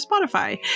Spotify